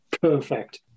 Perfect